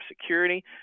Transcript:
security